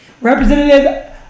Representative